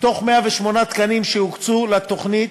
מתוך 108 תקנים שהוקצו לתוכנית,